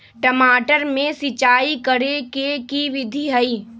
टमाटर में सिचाई करे के की विधि हई?